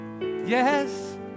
Yes